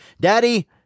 Daddy